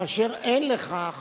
כאשר אין לכך